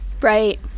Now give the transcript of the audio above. right